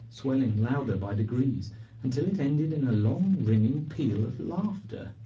swelling louder by degrees until it ended in a long ringing peal of laughter.